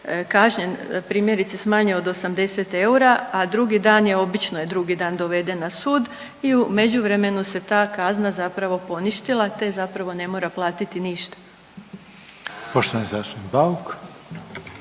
kažnjen primjerice s manje od 80 eura, a drugi dan je, obično je drugi dan doveden na sud i u međuvremenu se ta kazna zapravo poništila te zapravo ne mora platiti ništa. **Reiner, Željko